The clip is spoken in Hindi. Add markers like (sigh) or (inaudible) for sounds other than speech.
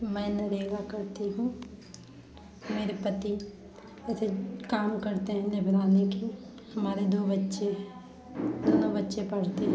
मैं नरेगा करती हूँ मेरे पति (unintelligible) काम करते हैं लेबरानी की हमारे दो बच्चे हैं दोनों बच्चे पढ़ते हैं